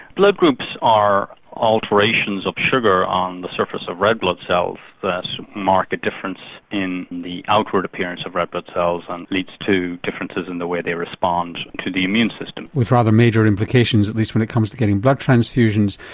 blood groups are alterations of sugar on the surface of red blood cells that mark a difference in the outward appearance of red blood cells and leads to differences in the way they respond to the immune system. with rather major implications at least when it comes to getting blood transfusions.